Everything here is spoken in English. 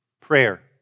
prayer